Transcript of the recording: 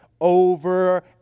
Over